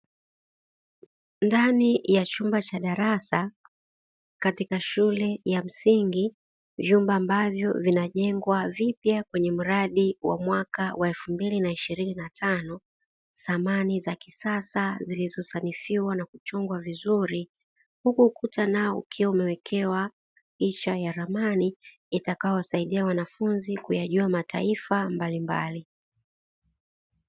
Ndani ya chumba cha darasa katika shule ya msingi, vyumba ambavyo vinajengwa vipya kwenye mradi wa mwaka wa elfu mbili na ishirini na tano. Samani za kisasa zilizosanifiwa na kuchongwa vizuri, huku ukuta nao ukiwa umewekewa picha ya ramani, itakayosaidia wanafunzi kuyajua mataifa mbalimbali.